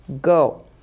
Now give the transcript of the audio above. go